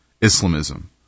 Islamism